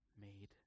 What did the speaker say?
made